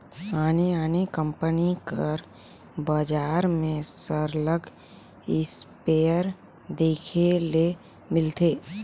आने आने कंपनी कर बजार में सरलग इस्पेयर देखे ले मिलथे